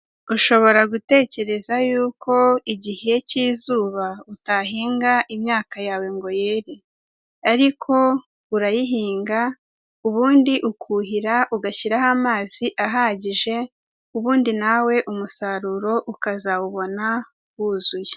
Ushobora gutekereza yuko igihe cy'izuba utahinga imyaka yawe ngo yere, ariko urayihinga ubundi ukuhira ugashyiraho amazi ahagije, ubundi na we umusaruro ukazawubona wuzuye.